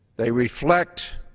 they reflect